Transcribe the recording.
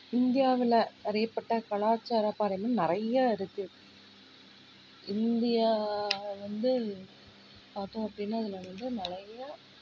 இந்தியாவில் அறியப்பட்ட கலாச்சார பாரம்பரியம் நிறைய இருக்குது இந்தியா வந்து பார்த்தோம் அப்படின்னா அதில் வந்து நிறைய